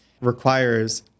requires